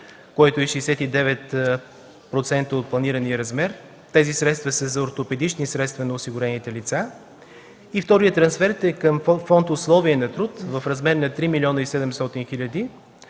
което е 69% от планирания размер. Тези средства са за ортопедични средства на осигурените лица. Вторият трансфер е към Фонд „Условия на труд” в размер на 3 млн. и 700 хил.